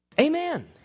Amen